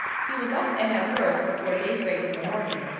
he was up and at work before daybreak in the morning,